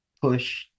push